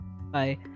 bye